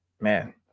man